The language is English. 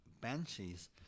banshees